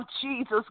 Jesus